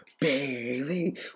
Bailey